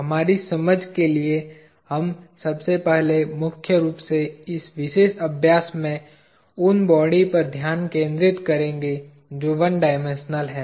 हमारी समझ के लिए हम सबसे पहले मुख्य रूप से इस विशेष अभ्यास में उन बॉडी पर ध्यान केंद्रित करेंगे जो 1 डायमेंशनल हैं